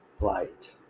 light